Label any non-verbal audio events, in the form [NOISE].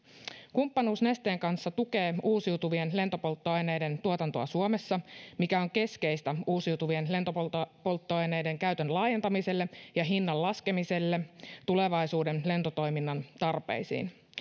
kumppanuus nesteen kanssa tukee uusiutuvien lentopolttoaineiden tuotantoa suomessa [UNINTELLIGIBLE] [UNINTELLIGIBLE] mikä on keskeistä uusiutuvien lentopolttoaineiden käytön laajentamiselle ja hinnan laskemiselle tulevaisuuden lentotoiminnan tarpeisiin